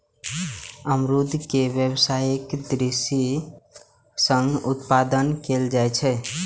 अमरूद के व्यावसायिक दृषि सं उत्पादन कैल जाइ छै